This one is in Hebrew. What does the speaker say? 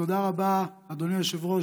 תודה רבה, אדוני היושב-ראש.